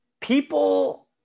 People